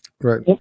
Right